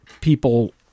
people